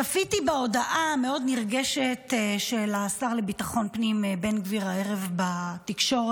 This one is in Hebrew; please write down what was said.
צפיתי בהודעה המאוד נרגשת של השר לביטחון פנים בן גביר הערב בתקשורת.